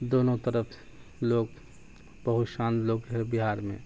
دونوں طرف لوگ بہت شانت لوگ ہیں بہار میں